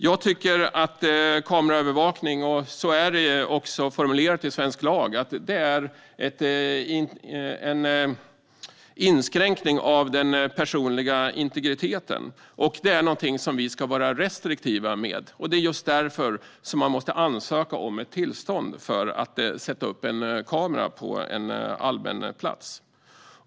Jag tycker att kameraövervakning - och så är det också formulerat i svensk lag - är en inskränkning av den personliga integriteten. Det är något som vi ska vara restriktiva med. Det är just därför som man måste ansöka om ett tillstånd för att sätta upp kamera på allmän plats.